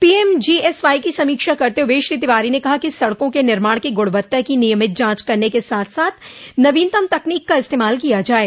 PMGSY की समीक्षा करते हुए श्री तिवारी ने कहा कि सड़कों के निर्माण की गुणवत्ता की नियमित जांच करने के साथ साथ नवीनतम तकनीक का इस्तेमाल किया जाये